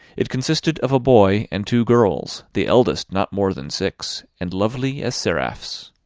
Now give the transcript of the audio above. it consisted of a boy and two girls, the eldest not more than six, and lovely as seraphs.